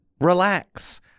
relax